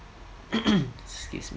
excuse me